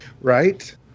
Right